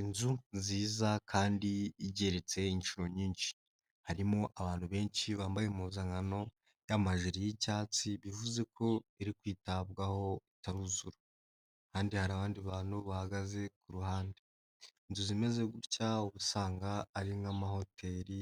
Inzu nziza kandi igeretse inshuro nyinshi, harimo abantu benshi bambaye impuzankano y'amajiri y'icyatsi, bivuze ko iri kwitabwaho itaruzura kandi hari abandi bantu bahagaze ku ruhande, inzu zimeze gutya uba usanga ari nk'amahoteli